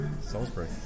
Salisbury